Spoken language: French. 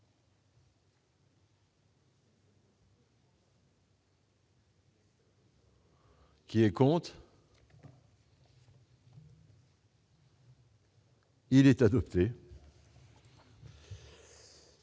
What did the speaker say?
Qui est contre. Il est adopté.